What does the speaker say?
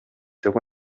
деп